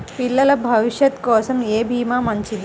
పిల్లల భవిష్యత్ కోసం ఏ భీమా మంచిది?